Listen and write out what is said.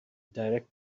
direct